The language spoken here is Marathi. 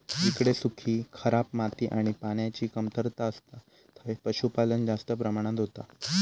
जिकडे सुखी, खराब माती आणि पान्याची कमतरता असता थंय पशुपालन जास्त प्रमाणात होता